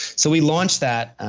so, we launched that